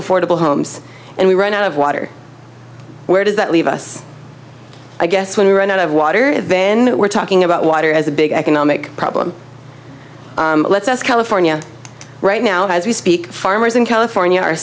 affordable homes and we run out of water where does that leave us i guess when we run out of water van we're talking about water as a big economic problem let's ask california right now as we speak farmers in california are